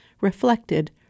reflected